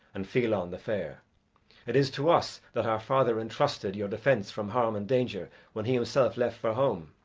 and fiallan the fair it is to us that our father entrusted your defence from harm and danger when he himself left for home.